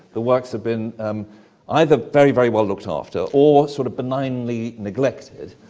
the works have been either very, very well looked after or sort of benignly neglected,